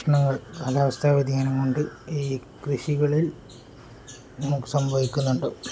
പ്രശ്നങ്ങൾ കാലാവസ്ഥാവ്യതിയാനം കൊണ്ട് ഈ കൃഷികളിൽ നമുക്കു സംഭവിക്കുന്നുണ്ട്